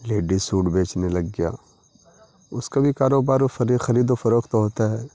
ladies suit بیچنے لگ گیا اس کا بھی کاروبار خرید و فروخت ہوتا ہے